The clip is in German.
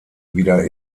wieder